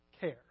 care